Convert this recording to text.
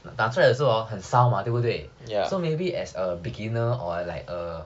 拿出来的时候很烧嘛对不对 so maybe as a beginner or like err